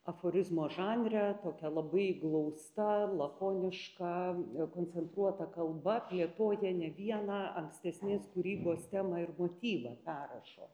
aforizmo žanre tokia labai glausta lakoniška koncentruota kalba plėtoja ne vieną ankstesnės kūrybos temą ir motyvą perrašo